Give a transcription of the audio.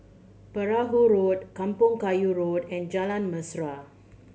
Perahu Road Kampong Kayu Road and Jalan Mesra